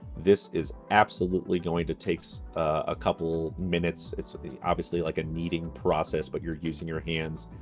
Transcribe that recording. this is absolutely going to takes a couple minutes. it's obviously like a kneading process, but you're using your hands.